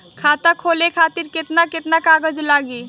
खाता खोले खातिर केतना केतना कागज लागी?